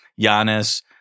Giannis